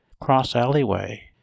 cross-alleyway